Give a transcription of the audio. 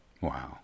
Wow